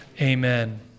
amen